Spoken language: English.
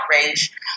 outrage